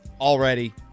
already